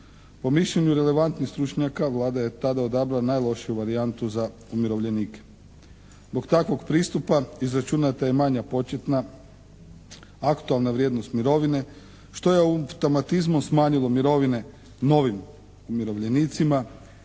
Po mišljenju relevantnih stručnjaka Vlada je tada odabrala najlošiju varijantu za umirovljenike. Zbog takvog pristupa izračunata je manja početna aktualna vrijednost mirovine što je u tamatizmu smanjilo mirovine novim umirovljenicima